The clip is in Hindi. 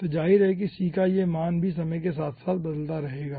तो जाहिर है कि c का यह मान भी समय के साथ बदलता रहेगा